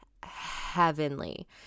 heavenly